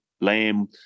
lamb